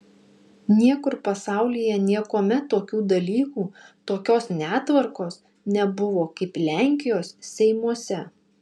niekur pasaulyje niekuomet tokių dalykų tokios netvarkos nebuvo kaip lenkijos seimuose